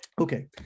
Okay